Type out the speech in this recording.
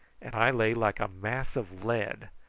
and i lay like a mass of lead,